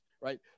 right